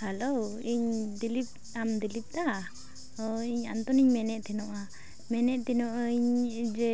hello ᱤᱧ ᱫᱤᱞᱤᱯ ᱟᱢ ᱫᱤᱞᱤᱯ ᱫᱟ ᱦᱳᱭ ᱤᱧ ᱟᱱᱛᱚᱱᱤᱧ ᱢᱮᱱᱮᱫ ᱛᱟᱦᱮᱱᱚᱜᱼᱟ ᱢᱮᱱᱮᱫ ᱛᱟᱦᱮᱱᱚᱜᱼᱟᱹᱧ ᱡᱮ